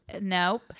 Nope